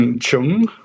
Chung